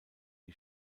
die